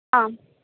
आं